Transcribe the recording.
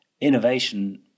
innovation